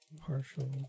Partial